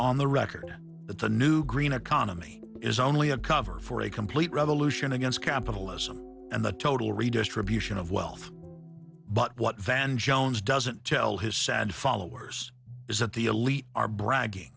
on the record that the new green economy is only a cover for a complete revolution against capitalism and the total redistribution of wealth but what van jones doesn't tell his sad followers is that the elite are bragging